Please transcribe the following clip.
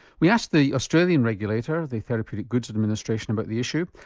we asked the australian regulator, the therapeutic goods administration, about the issue.